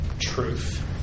truth